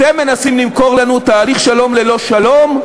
אתם מנסים למכור לנו תהליך שלום ללא שלום,